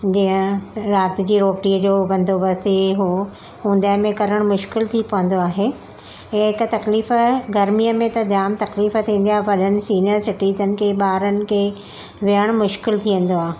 जीअं राति जी रोटीअ जो बंदोबस्त हीअं हुओ ऊंदहि में करणु मुश्किलु थी पवंदो आहे हीअं हिक तकलीफ़ गर्मीअ में त जाम तकलीफ़ थींदी आहे वॾनि सीनिअर सिटिज़न खे ॿारनि खे विहणु मुश्किलु थी वेंदो आहे